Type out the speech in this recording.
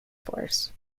force